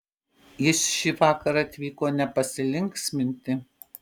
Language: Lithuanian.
jis šįvakar atvyko ne pasilinksminti